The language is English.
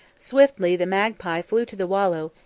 swiftly the magpie flew to the wallow,